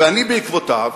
ואני בעקבותיו,